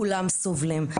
כולם סובלים.